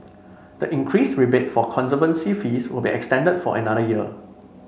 the increased rebate for conservancy fees will be extended for another year